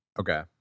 Okay